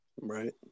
Right